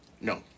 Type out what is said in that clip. no